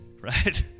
right